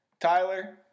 Tyler